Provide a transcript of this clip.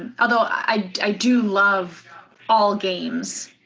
although, i do love all games,